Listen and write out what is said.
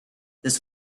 this